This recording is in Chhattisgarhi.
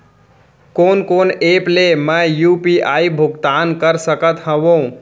कोन कोन एप ले मैं यू.पी.आई भुगतान कर सकत हओं?